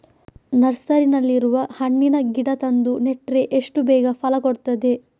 ನರ್ಸರಿನಲ್ಲಿ ಇರುವ ಹಣ್ಣಿನ ಗಿಡ ತಂದು ನೆಟ್ರೆ ಎಷ್ಟು ಬೇಗ ಫಲ ಕೊಡ್ತದೆ